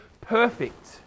perfect